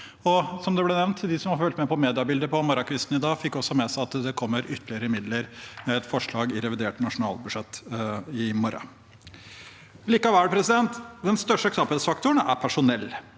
De som fulgte med på mediebildet på morgenkvisten i dag, fikk også med seg at det kommer ytterligere midler, med et forslag i revidert nasjonalbudsjett i morgen. Likevel: Den største knapphetsfaktoren er personell.